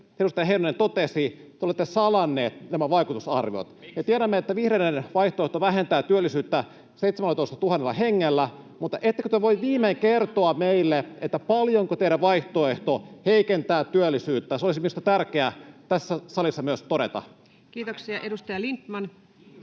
edustaja Heinonen totesi, te olette salanneet nämä vaikutusarviot. Me tiedämme, että vihreiden vaihtoehto vähentää työllisyyttä 17 000 hengellä, mutta ettekö te voi viimein kertoa meille, paljonko teidän vaihtoehtonne heikentää työllisyyttä? Se olisi minusta tärkeä myös tässä salissa todeta. [Speech 51] Speaker: